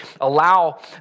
allow